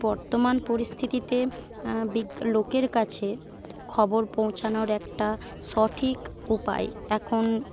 বর্তমান পরিস্থিতিতে বিগ লোকের কাছে খবর পৌঁছানোর একটা সঠিক উপায় এখন